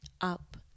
up